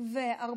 מס' 62) (מאגר צרכנים להגבלת שיחות שיווק מרחוק),